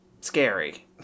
scary